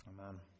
Amen